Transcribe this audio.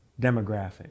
demographic